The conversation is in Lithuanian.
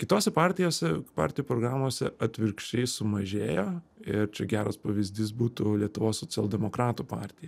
kitose partijose partijų programose atvirkščiai sumažėjo ir čia geras pavyzdys būtų lietuvos socialdemokratų partija